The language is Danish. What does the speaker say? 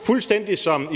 fuldstændig som